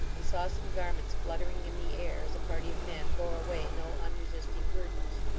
and saw some garments fluttering in the air, as a party of men bore away no unresisting burdens.